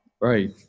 Right